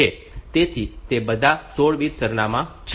તેથી તે બધા 16 બીટ સરનામાં છે